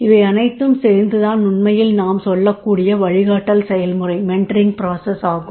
இவை அனைத்தும் சேர்ந்ததுதான் உண்மையில் நாம் சொல்லக்கூடிய வழிகாட்டல் செயல்முறை யாகும்